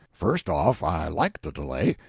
first off, i liked the delay,